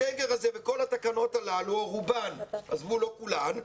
הסגר הזה וכל התקנות הללו, רובן, לא כולן,